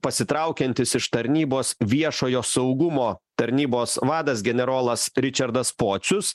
pasitraukiantis iš tarnybos viešojo saugumo tarnybos vadas generolas ričerdas počius